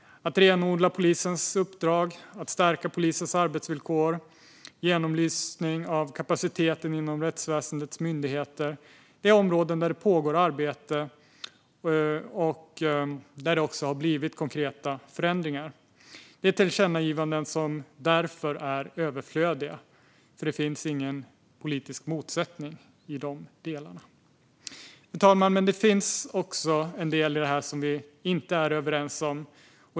Att renodla polisens uppdrag, att stärka polisens arbetsvillkor och genomlysning av kapaciteten inom rättsväsendets myndigheter är områden där det pågår arbete, och det har blivit konkreta förändringar. Det är därför tillkännagivanden som är överflödiga. Det finns nämligen ingen politisk motsättning i de delarna. Fru talman! Det finns dock en del som vi inte är överens om.